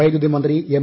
വൈദ്യുതി മന്ത്രി എം